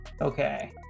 Okay